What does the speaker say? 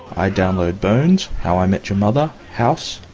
i download bones, how i met your mother, house,